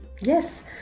yes